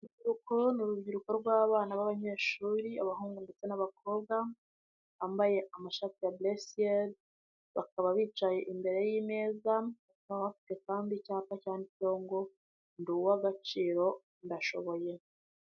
Urubyiruko ni urubyiruko rw'abana b'abanyeshuri abahungu ndetse n'abakobwa, bambaye amashati ya buresiyeri, bakaba bicaye imbere y'imeza, bakaba bafite kandi icyapa cyanditseho ngo, ndi uw'agaciro ndashoboye.